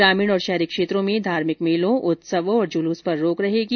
ग्रामीण और शहरी क्षेत्रों में धार्मिक मेलों उत्सवों और जुलूस पर रोक रहेगी